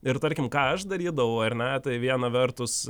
ir tarkim ką aš darydavau ar ne tai viena vertus